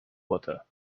water